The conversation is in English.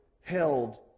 held